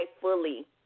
fully